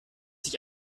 sich